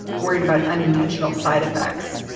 worried about unintentional side effects.